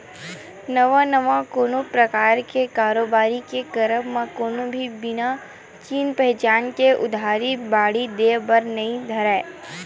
नवा नवा कोनो परकार के कारोबारी के करब म कोनो भी बिना चिन पहिचान के उधारी बाड़ही देय बर नइ धरय